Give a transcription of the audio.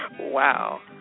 Wow